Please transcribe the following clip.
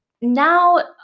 now